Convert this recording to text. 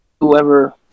Whoever